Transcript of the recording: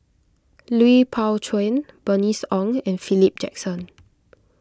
Lui Pao Chuen Bernice Ong and Philip Jackson